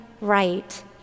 right